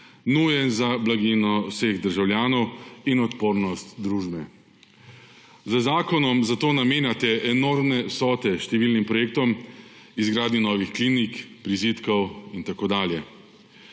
nujen za blaginjo vseh državljanov in odpornost družbe. Z zakonom zato namenjate enormne vsote številnim projektom izgradnje novih klinik, prizidkov in tako dalje.